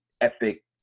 epic